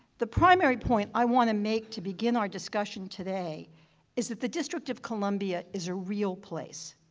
the primary point i want to make to begin our discussion today is that the district of columbia is a real place.